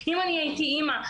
אם הייתי אימא,